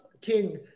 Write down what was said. King